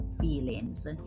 feelings